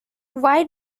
why